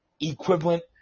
equivalent